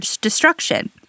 destruction